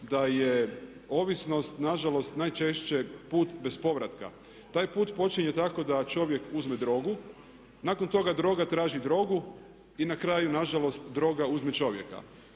da je ovisnost na žalost najčešće put bez povratka. Taj put počinje tako da čovjek uzme drogu, nakon toga droga traži drogu i na kraju na žalost droga uzme čovjeka.